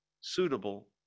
suitable